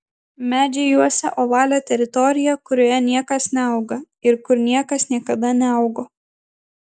medžiai juosia ovalią teritoriją kurioje niekas neauga ir kur niekas niekada neaugo